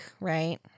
right